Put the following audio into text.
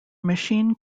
machine